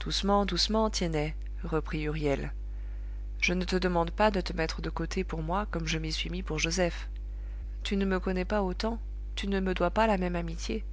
doucement doucement tiennet reprit huriel je ne te demande pas de te mettre de côté pour moi comme je m'y suis mis pour joseph tu ne me connais pas autant tu ne me dois pas la même amitié